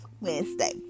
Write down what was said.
Wednesday